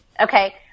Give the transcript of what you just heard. Okay